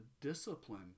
discipline